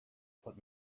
put